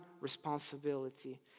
responsibility